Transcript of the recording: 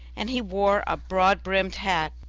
and he wore a broad-brimmed hat.